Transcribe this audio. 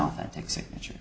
authentic signature